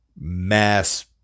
mass